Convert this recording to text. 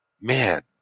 man